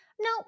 no